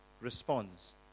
responds